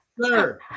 Sir